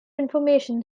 information